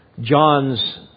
John's